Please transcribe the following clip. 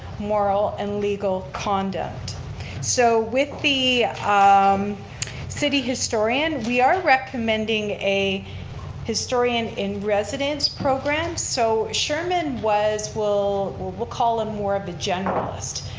moral, and legal conduct so with the um city historian, we are recommending a historian in residence program so sherman was, we'll we'll call him more of a generalist,